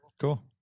Cool